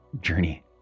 journey